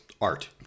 art